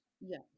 Yes